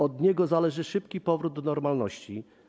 Od niego zależy szybki powrót do normalności.